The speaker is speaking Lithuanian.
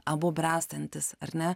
abu bręstantys ar ne